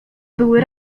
były